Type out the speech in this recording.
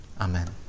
Amen